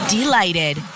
Delighted